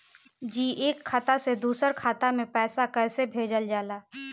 जी एक खाता से दूसर खाता में पैसा कइसे भेजल जाला?